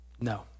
no